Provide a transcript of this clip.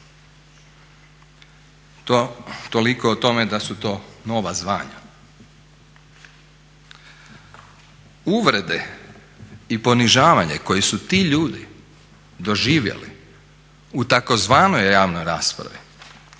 Toliko o tome da su to nova zvanja. Uvrede i ponižavanje koji su ti ljudi doživjeli u tzv. javnoj raspravi